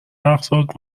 اقساط